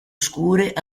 scure